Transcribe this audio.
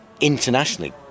internationally